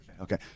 Okay